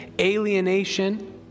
alienation